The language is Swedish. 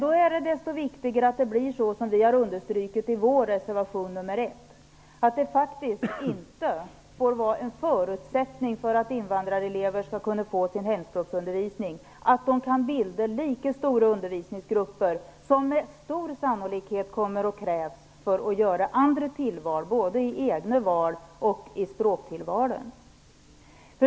Då är det desto viktigare att det blir så som vi har understrukit i vår reservation 1, att det inte får vara en förutsättning för att invandrarelever skall få hemspråksundervisning att de kan bilda lika stora undervisningsgrupper som det med stor sannolikhet kommer att krävas för andra tillval, både i egna val och i språktillvalen.